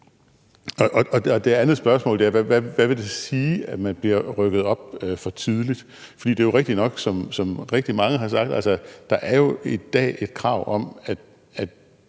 Det andet spørgsmål er: Hvad vil det sige, at man bliver rykket op for tidligt? For det er jo rigtigt nok, som rigtig mange har sagt, at der i dag er et krav om,